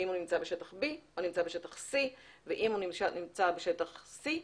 האם הוא נמצא בשטח B או נמצא בשטח C. אם הוא נמצא בשטח C,